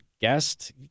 guest